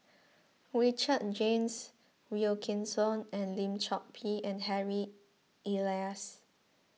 Richard James Wilkinson and Lim Chor Pee and Harry Elias